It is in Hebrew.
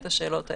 את השאלות האלה: